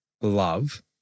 love